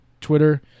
Twitter